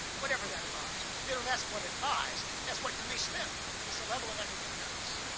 whatever that buys. they don't ask what it buys, they ask what can they spend. it's the level of effort that counts.